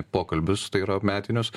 pokalbius tai yra metinius